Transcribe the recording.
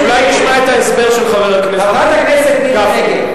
אולי נשמע את ההסבר של חבר הכנסת גפני.